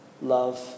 love